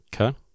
Okay